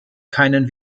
keinen